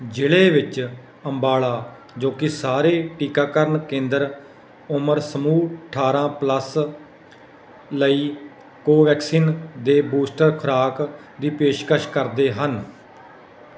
ਜ਼ਿਲ੍ਹੇ ਵਿੱਚ ਅੰਬਾਲਾ ਜੋ ਕਿ ਸਾਰੇ ਟੀਕਾਕਰਨ ਕੇਂਦਰ ਉਮਰ ਸਮੂਹ ਅਠਾਰਾਂ ਪਲੱਸ ਸਾਲ ਲਈ ਕੋਵੈਕਸਿਨ ਦੇ ਬੂਸਟਰ ਖੁਰਾਕ ਦੀ ਪੇਸ਼ਕਸ਼ ਕਰਦੇ ਹਨ